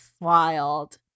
Wild